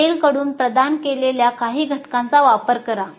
tail कडून प्रदान केलेल्या काही घटकांचा वापर करा